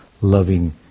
loving